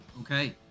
okay